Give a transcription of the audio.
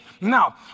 Now